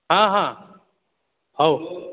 ହଁ ହଁ ହଉ